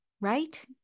right